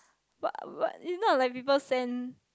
but but is not like people send